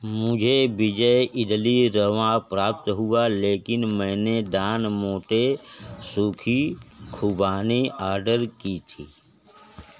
मुझे विजय इडली रवा प्राप्त हुआ लेकिन मैंने डॉन मोंटे सूखी खुबानी ऑर्डर की थी